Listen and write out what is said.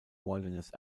wilderness